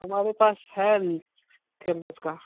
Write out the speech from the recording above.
हमारे पास है कैंपस का